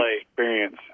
experience